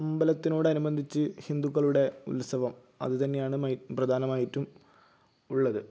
അമ്പലത്തിനോട് അനുബന്ധിച്ച് ഹിന്ദുക്കളുടെ ഉത്സവം അത് തന്നെയാണ് പ്രധാനമായിട്ടും ഉള്ളത്